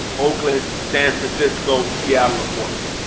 oakland, san francisco, seattle and portland.